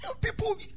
People